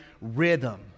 rhythm